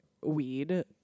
weed